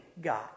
God